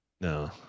No